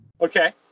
Okay